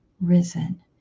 risen